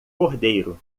cordeiro